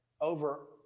over